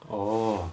orh